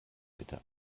bitte